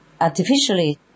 artificially